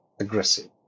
aggressive